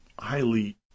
highly